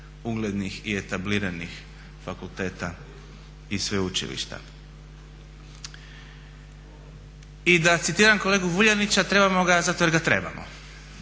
uglednih i etabliranih fakulteta i sveučilišta. I da citiram kolegu Vuljanića "Trebamo ga zato jer ga trebamo".